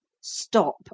Stop